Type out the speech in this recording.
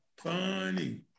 Funny